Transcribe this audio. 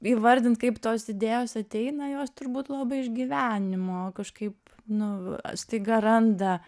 įvardint kaip tos idėjos ateina jos turbūt labai iš gyvenimo kažkaip nu staiga randa